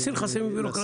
להסיר חסמים בירוקרטיים.